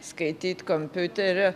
skaityt kompiuteriu